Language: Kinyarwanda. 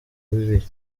bibiri